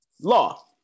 law